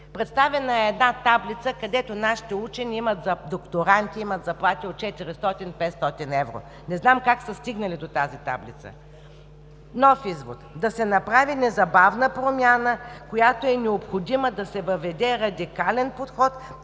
Представена е една таблица, където нашите докторанти имат заплати от 400–500 евро. Не знам как са стигнали до тази таблица. Нов извод – да се направи незабавна промяна, която е необходима, за да се въведе радикален подход